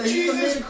Jesus